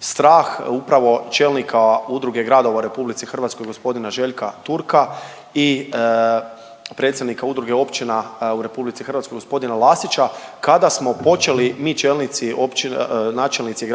strah upravo čelnika Udruge gradova u RH gospodina Željka Turka i predsjednika Udruge općina u RH gospodina Lasića kada smo počeli mi čelnici opći… načelnici